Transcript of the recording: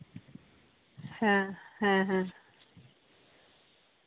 ᱦᱮᱸ ᱦᱮᱸ ᱦᱮᱸ